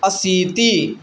अशीतिः